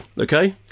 Okay